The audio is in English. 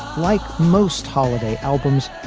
like most holiday albums,